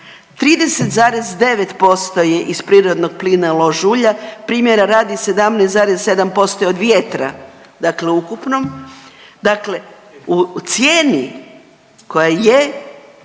30,9% je iz prirodnog plina lož ulja, primjera radi 17,7% je od vjetra dakle ukupno, dakle